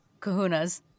kahunas